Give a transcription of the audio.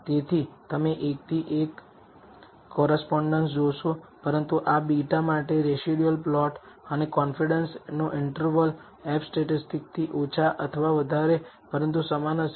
તેથી તમે એકથી એક કોરેસ્પોન્ડેન્સ જોશો પરંતુ આ β માટે રેસિડયુઅલ પ્લોટ અને કોન્ફિડન્સ નો ઇન્ટરવલ F સ્ટેટિસ્ટિક થી ઓછા અથવા વધારે પરંતુ સમાન હશે